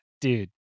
Dude